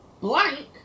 Blank